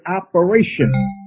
operation